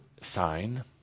sign